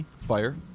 Fire